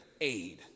aid